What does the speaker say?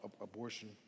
abortion